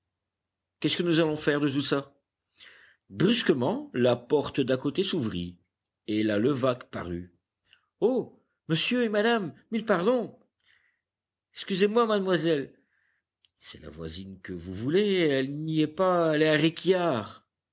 qu'est-ce que nous allons faire de tout ça brusquement la porte d'à côté s'ouvrit et la levaque parut oh monsieur et madame mille pardons excusez-moi mademoiselle c'est la voisine que vous voulez elle n'y est pas